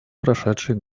прошедший